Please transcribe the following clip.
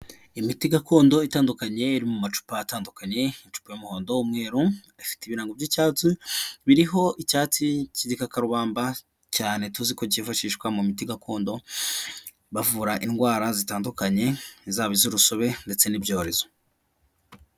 Imiti gakondo itandukanye, iri mu macupa atandukanye, amacupa y'umuhondo, umweru, ifite ibirango by'icyatsi, biriho icyatsi k'igikakarubamba cyane tuzi ko kifashishwa mu miti gakondo, bavura indwara zitandukanye zaba iz'urusobe ndetse n'ibyorezo.